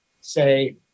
say